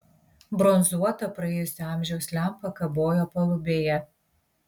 bronzuota praėjusio amžiaus lempa kabojo palubėje